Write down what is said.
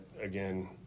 again